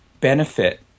benefit